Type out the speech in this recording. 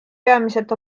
peamiselt